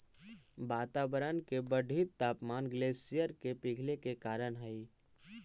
वातावरण के बढ़ित तापमान ग्लेशियर के पिघले के कारण हई